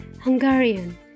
Hungarian